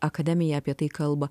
akademija apie tai kalba